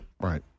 Right